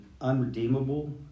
unredeemable